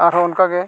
ᱟᱨᱦᱚᱸ ᱚᱱᱠᱟᱜᱮ